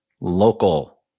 local